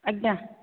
ଆଜ୍ଞା